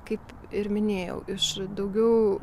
kaip ir minėjau iš daugiau